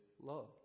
love